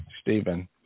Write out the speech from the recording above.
Stephen